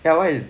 eh why it